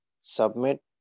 Submit